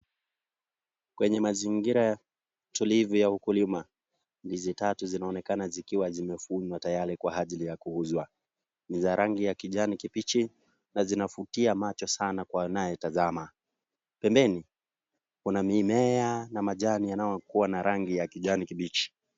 Kwenye mazingira tulivu ya ukulima, ndizi tatu zinaonekana zikiwa zimevunwa tayari kwa ajili ya kuuzwa. Ni za rangi ya kijani kibichi na zinavutia macho sana kwa anayetazama. Pembeni kuna mimea na majani yanayokua na rangi ya kijani kibichi.